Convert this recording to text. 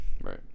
Right